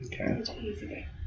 okay